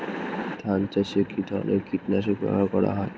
ধান চাষে কী ধরনের কীট নাশক ব্যাবহার করা হয়?